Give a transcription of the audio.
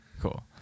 cool